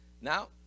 Now